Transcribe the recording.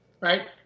Right